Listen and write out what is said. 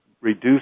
reduce